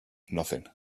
nothing